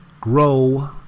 grow